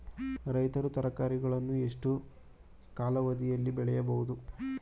ರೈತರು ತರಕಾರಿಗಳನ್ನು ಎಷ್ಟು ಕಾಲಾವಧಿಯಲ್ಲಿ ಬೆಳೆಯಬಹುದು?